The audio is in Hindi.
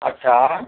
अच्छा